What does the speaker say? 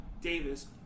Davis